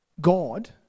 God